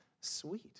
sweet